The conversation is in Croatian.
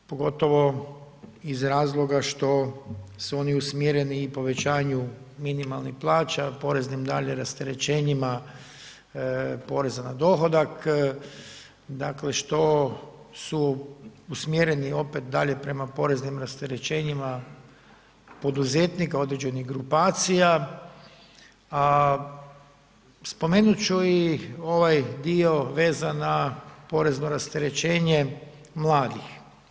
Pogotovo iz razloga što su oni usmjereni i povećanju minimalnih plaća, poreznim dalje rasterećenjima poreza na dohodak, dakle što su usmjereni opet dalje prema poreznim rasterećenjima poduzetnika određenih grupacija a spomenut ću i ovaj dio vezan na porezno rasterećenje mladih.